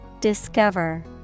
Discover